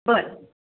बरं